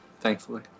Thankfully